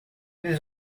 des